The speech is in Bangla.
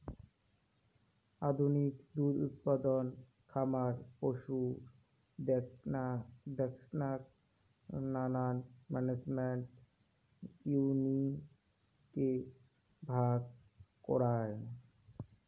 আধুনিক দুধ উৎপাদন খামার পশুর দেখসনাক নানান ম্যানেজমেন্ট ইউনিটে ভাগ করাং